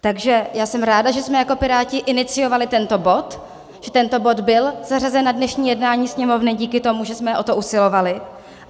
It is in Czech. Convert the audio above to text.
Takže já jsem ráda, že jsme jako Piráti iniciovali tento bod, že tento bod byl zařazen na dnešní jednání Sněmovny díky tomu, že jsme o to usilovali,